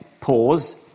pause